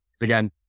Again